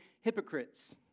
hypocrites